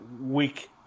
week